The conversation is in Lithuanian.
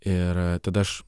ir tada aš